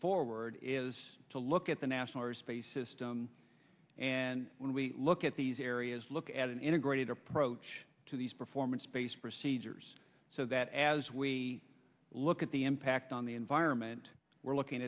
forward is to look at the national or space system and when we look at these areas look at an integrated approach to these performance based procedures so that as we look at the impact on the environment we're looking